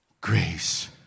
grace